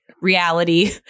reality